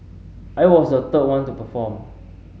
I was the third one to perform